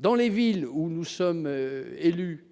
dans les villes où nous sommes élus,